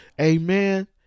Amen